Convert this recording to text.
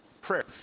prayer